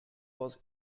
was